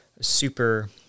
Super